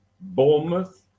Bournemouth